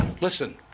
Listen